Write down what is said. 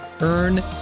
Earn